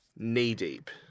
knee-deep